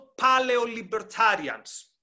paleolibertarians